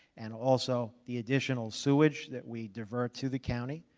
and also, the additional sewage that we divert to the county.